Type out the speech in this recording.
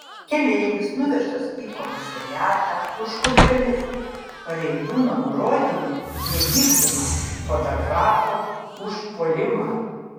keleivis nuvežtas į komisariatą už chuliganizmą pareigūno nurodymų nevykdymą fotografo užpuolimą